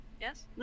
yes